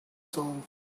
songs